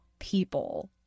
people